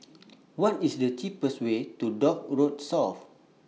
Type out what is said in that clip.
What IS The cheapest Way to Dock Road South